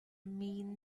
mean